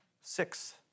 six